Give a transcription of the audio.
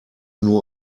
nur